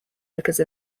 because